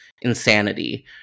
insanity